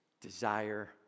desire